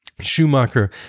Schumacher